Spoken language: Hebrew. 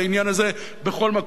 בכל מקום ובכל פינה,